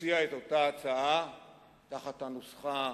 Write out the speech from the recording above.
הציע את אותה הצעה תחת הנוסחה